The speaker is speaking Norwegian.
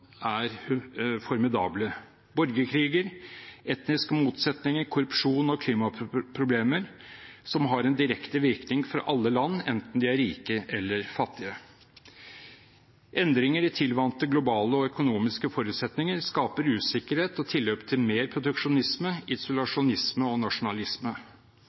er formidable – borgerkriger, etniske motsetninger, korrupsjon og klimaproblemer – som har en direkte virkning for alle land, enten de er rike eller fattige. Endringer i tilvante globale og økonomiske forutsetninger skaper usikkerhet og tilløp til mer proteksjonisme, isolasjonisme og nasjonalisme.